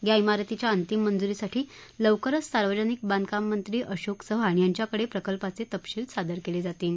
या िरतीच्या अंतिम मंजूरीसाठी लवकरच सार्वजनिक बांधकाम मंत्री अशोक चव्हाण यांच्याकडे प्रकल्पाचे तपशील सादर केले जातील